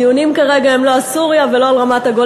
הדיונים כרגע הם לא על סוריה ולא על רמת-הגולן,